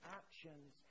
actions